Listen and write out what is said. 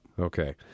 Okay